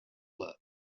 love